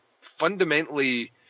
fundamentally